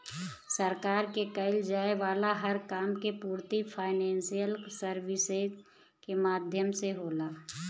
सरकार के कईल जाये वाला हर काम के पूर्ति फाइनेंशियल सर्विसेज के माध्यम से होला